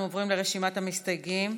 אנחנו עוברים לרשימת המסתייגים.